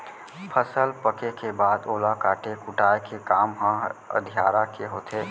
फसल पके के बाद ओला काटे कुटाय के काम ह अधियारा के होथे